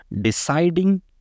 deciding